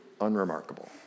unremarkable